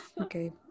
Okay